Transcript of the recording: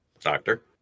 Doctor